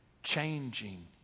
changing